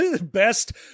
best